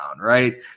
right